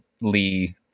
Lee